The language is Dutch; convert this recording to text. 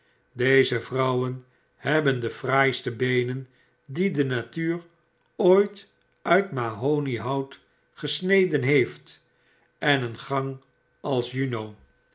deze vrouwen hebben de fraaiste beenen die de natuur ooit uit mahoniehout gesneden heeft en een gang als juno